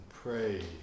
Pray